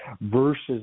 versus